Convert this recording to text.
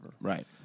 right